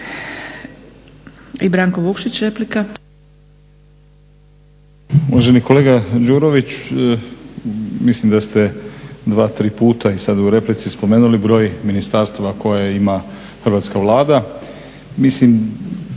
Stranka rada)** Uvaženi kolega Đurović, mislim da ste dva, tri puta sada u replici spomenuli broj ministarstava koje ima Hrvatska Vlada. Mislim,